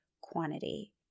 quantity